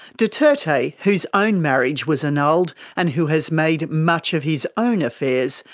duterte, whose own marriage was annulled and who has made much of his own affairs,